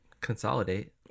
Consolidate